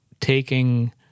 taking